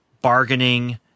bargaining